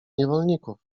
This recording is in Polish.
niewolników